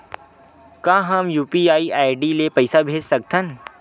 का हम UPI ID ले पईसा भेज सकथन?